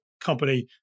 company